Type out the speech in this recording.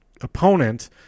opponent